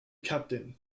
captain